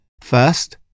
First